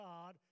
God